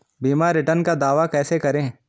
बीमा रिटर्न का दावा कैसे करें?